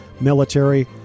military